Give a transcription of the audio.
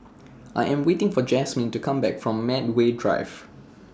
I Am waiting For Jasmin to Come Back from Medway Drive